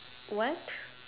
what